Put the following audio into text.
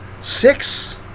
six